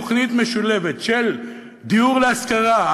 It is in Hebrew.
תוכנית משולבת של דיור להשכרה,